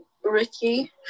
Ricky